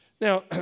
Now